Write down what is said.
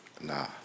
Nah